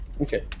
Okay